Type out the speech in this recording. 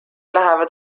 lähevad